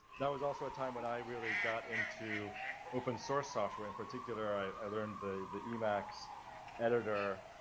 that was also a time when i really got into open-source software. in particular i learned the emacs editor,